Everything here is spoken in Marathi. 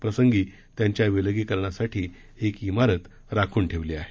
प्रसंगी त्यांच्या विलगीकरणासाठी एक इमारत राखून ठेवण्यात आली आहे